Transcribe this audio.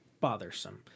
bothersome